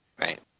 Right